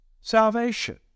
salvation